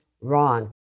wrong